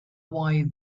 why